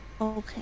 Okay